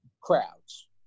crowds